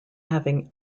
having